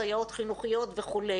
סייעות חינוכיות וכו'.